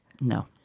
No